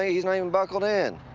ah he's not even buckled in.